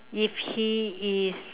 if he is